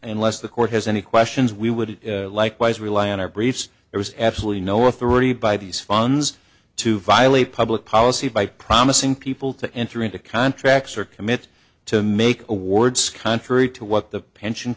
unless the court has any questions we would likewise rely on our briefs there is absolutely no authority by these funds to violate public policy by promising people to enter into contracts or commit to make awards contrary to what the pension